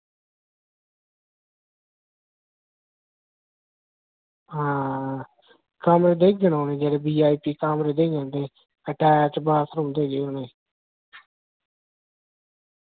आं कल्ल देई ओड़गे वीआईपी कमरे तां अटैच बाथरूम बी